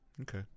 Okay